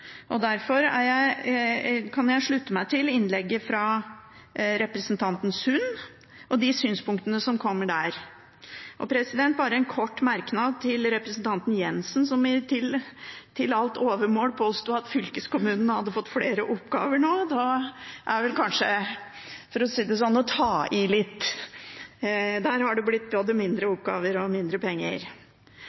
Derfor kan jeg slutte meg til innlegget fra representanten Sund og de synspunktene som kom der. Og bare en kort merknad til representanten Jenssen, som til alt overmål påsto at fylkeskommunen hadde fått flere oppgaver nå: Det er vel, for å si det sånn, å ta i litt. Der har det blitt både mindre oppgaver og mindre penger.